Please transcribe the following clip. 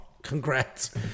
congrats